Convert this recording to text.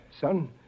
Son